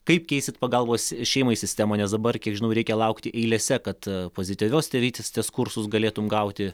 kaip keisite pagalbos šeimai sistemą nes dabar kiek žinau reikia laukti eilėse kad pozityvios tėvystės kursus galėtum gauti